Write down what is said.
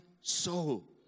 soul